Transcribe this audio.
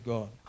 God